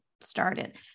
started